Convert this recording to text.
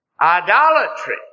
Idolatry